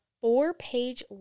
four-page